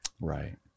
Right